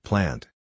Plant